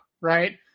right